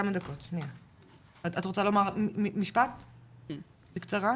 את רוצה לומר משפט בקצרה?